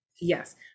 Yes